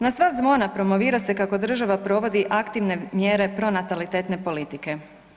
Na sva zvona promovira se kako država provodi aktivne mjere pronatalitetne politike.